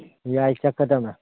ꯌꯥꯏ ꯆꯠꯀꯗꯃꯦ